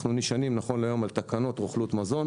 אנחנו נשענים נכון להיום על תקנות רוכלות מזון